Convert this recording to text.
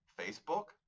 facebook